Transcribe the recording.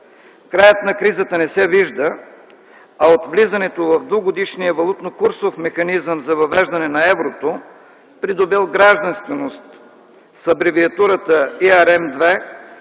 Краят на кризата не се вижда, а от влизането в двугодишния валутно-курсов механизъм за въвеждане на еврото, придобил гражданственост с абревиатурата ERM